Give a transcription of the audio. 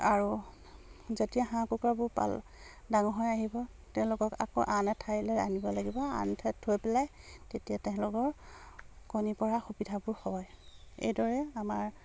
আৰু যেতিয়া হাঁহ কুকুৰাবোৰ পাল ডাঙৰ হৈ আহিব তেওঁলোকক আকৌ আন এঠাইলৈ আনিব লাগিব আন এঠাইত থৈ পেলাই তেতিয়া তেওঁলোকৰ কণী পৰা সুবিধাবোৰ হয় এইদৰে আমাৰ